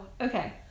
Okay